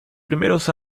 primeros